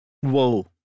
Whoa